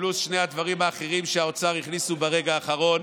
פלוס שני הדברים האחרים שהאוצר הכניס ברגע האחרון.